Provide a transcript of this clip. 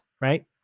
right